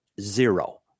Zero